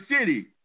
city